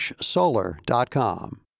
solar.com